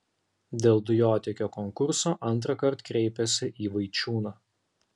dėl dujotiekio konkurso antrąkart kreipėsi į vaičiūną